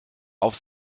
auf